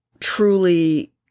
truly